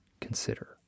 consider